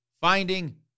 finding